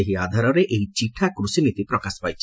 ସେହି ଆଧାରରେ ଏହି ଚିଠା କୃଷିନୀତି ପ୍ରକାଶ ପାଇଛି